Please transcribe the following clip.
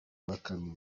bakamiye